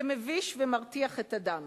זה מביש ומרתיח את הדם.